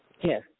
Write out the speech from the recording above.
Yes